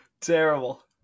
Terrible